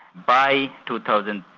by two thousand